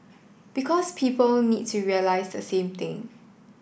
because people need to realise the same thing